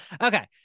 okay